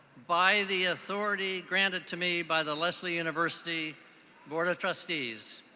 by the authority granted to me by the lesley university board of trustees,